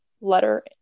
letter